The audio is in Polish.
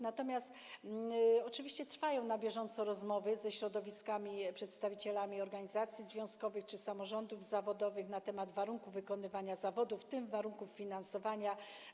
Natomiast oczywiście na bieżąco trwają rozmowy ze środowiskami, z przedstawicielami organizacji związkowych czy samorządów zawodowych na temat warunków wykonywania zawodu, w tym warunków finansowania.